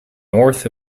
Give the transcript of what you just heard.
north